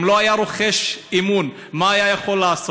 אם לא היה רוחש אמון, מה היה יכול לעשות?